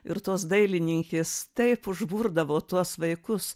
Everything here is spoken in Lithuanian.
ir tos dailininkės taip užburdavo tuos vaikus